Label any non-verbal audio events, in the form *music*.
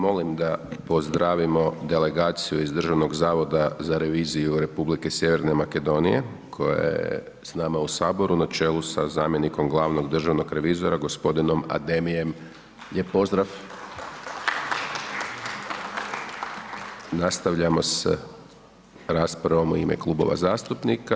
Molim da pozdravimo delegaciju iz Državnog zavoda za reviziju Republike Sjeverne Makedonije koja je s nama u HS na čelu sa zamjenikom glavnog državnog revizora g. Ademijem, lijep pozdrav… *applause* Nastavljamo s raspravom u ime klubova zastupnika.